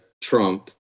Trump